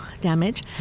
damage